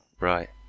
Right